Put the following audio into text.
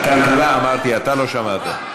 הכלכלה, אמרתי, אתה לא שמעת.